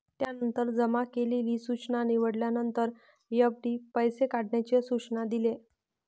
त्यानंतर जमा केलेली सूचना निवडल्यानंतर, एफ.डी पैसे काढण्याचे सूचना दिले